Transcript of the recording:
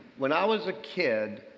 when i was a kid,